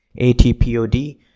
ATPOD